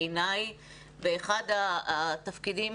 בעיניי באחד התפקידים